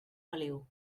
feliu